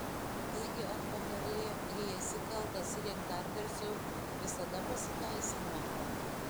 taigi ar patarlė jei esi kaltas rėk dar garsiau visada pasiteisina